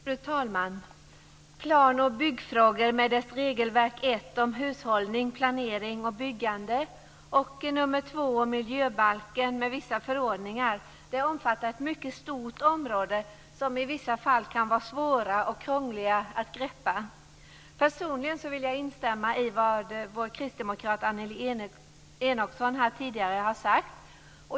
Fru talman! Plan och byggfrågor med dess regelverk I om Hushållning, planering och byggande samt II om Miljöbalken med vissa förordningar omfattar ett mycket stort område, som i vissa fall kan vara svårt och krångligt att greppa. Personligen vill jag instämma i vad Annelie Enochson sagt.